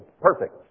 perfect